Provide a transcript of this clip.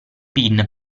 pin